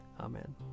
Amen